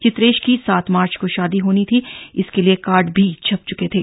चित्रेश की सात मार्च को शादी होनी थी इसके लिए कार्ड भी छप चुके थे